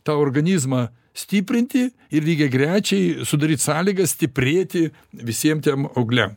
tą organizmą stiprinti ir lygiagrečiai sudaryt sąlygas stiprėti visiem tiem augliam